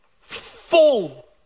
full